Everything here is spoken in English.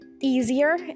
easier